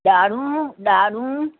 ॾाढ़ूं ॾाढ़ूं